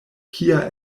kia